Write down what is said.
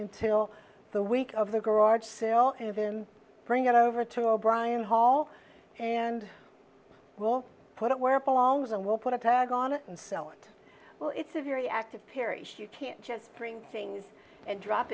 until the week of the garage sale and then bring it over to a brian hall and walk put it where palms and we'll put a tag on it and sell it well it's a very active parish you can't just bring things and drop